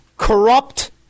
Corrupt